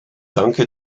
danke